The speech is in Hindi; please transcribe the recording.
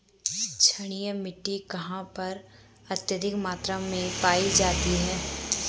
क्षारीय मिट्टी कहां पर अत्यधिक मात्रा में पाई जाती है?